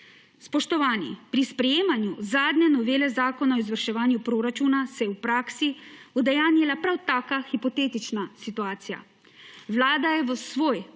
Spoštovani! Pri sprejemanju zadnje novele Zakona o izvrševanju proračuna se je v praksi udejanjila prav taka hipotetična situacija. Vlada je v svoj